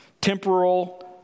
temporal